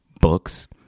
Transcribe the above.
books